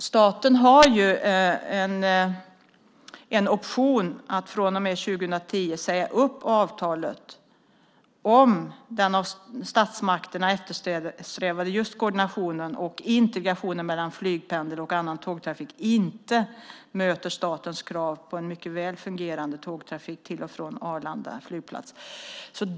Staten har en option att från och med 2010 säga upp avtalet om den av statsmakterna eftersträvade koordinationen och integrationen mellan flyg, pendel och annan tågtrafik inte möter statens krav på en mycket väl fungerande tågtrafik till och från Arlanda flygplats.